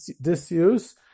disuse